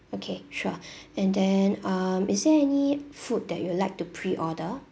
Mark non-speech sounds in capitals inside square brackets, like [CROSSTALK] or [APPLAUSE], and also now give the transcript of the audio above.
okay sure [BREATH] and then um is there any food that you'd like to pre-order